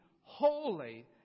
holy